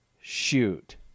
shoot